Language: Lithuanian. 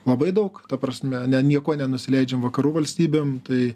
labai daug ta prasme ne niekuo nenusileidžiam vakarų valstybėm tai